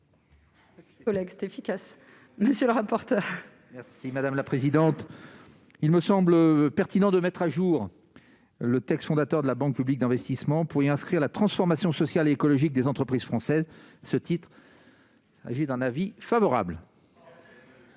Oleg est efficace, monsieur le rapporteur. Si madame la présidente, il me semble pertinent de mettre à jour le texte fondateur de la banque publique d'investissement pour y inscrire la transformation sociale et écologique des entreprises françaises ce titre agi d'un avis favorable.